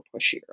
pushier